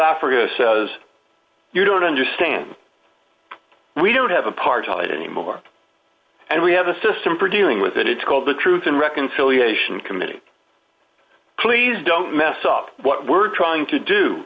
africa says you don't understand we don't have a partial anymore and we have a system for dealing with it it's called the truth and reconciliation committee please don't mess up what we're trying to do